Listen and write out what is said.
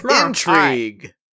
Intrigue